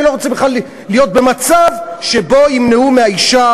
אני לא רוצה בכלל להיות במצב שבו ימנעו מהאישה